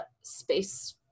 space